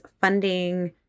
funding